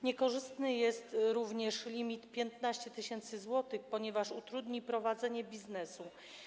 Niekorzystny jest również limit 15 tys. zł, ponieważ utrudni prowadzenie biznesu.